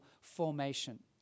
formation